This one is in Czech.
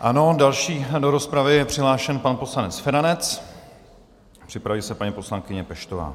Ano, další do rozpravy je přihlášen pan poslanec Feranec, Připraví se paní poslankyně Peštová.